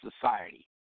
society